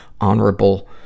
Honorable